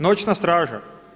Noćna straža?